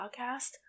podcast